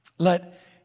Let